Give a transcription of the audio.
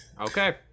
Okay